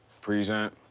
Present